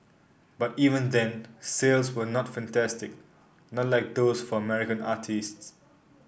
but even then sales were not fantastic not like those for American artistes